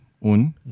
Un